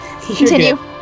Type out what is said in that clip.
Continue